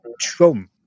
trump